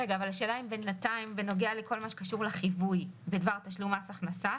השאלה אם בינתיים בנוגע לכל מה שקשור לחיווי בדבר תשלום מס הכנסה,